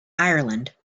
ireland